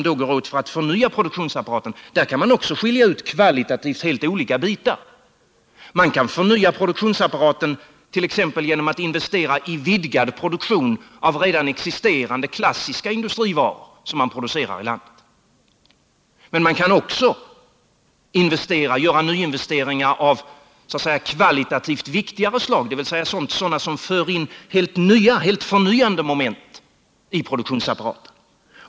Där kan man också skilja ut kvalitativt helt olika bitar. Man kan förnya produktionsapparaten genom att investera i vidgad produktion av redan existerande klassiska industrivaror, som man producerar i landet: Men man kan också göra nyinvesteringar av kvalitativt viktigare slag, som för in helt förnyande moment i produktionsapparaten.